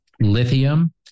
Lithium